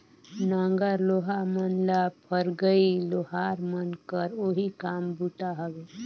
नांगर लोहा मन ल फरगई लोहार मन कर ओही काम बूता हवे